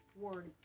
Word